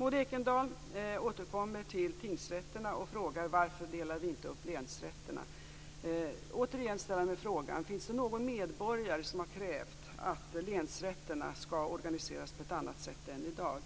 Maud Ekendahl återkommer till tingsrätterna och frågar varför vi inte delar upp länsrätterna. Återigen ställer jag mig frågan: Finns det någon medborgare som har krävt att länsrätterna skall organiseras på något annat sätt än i dag?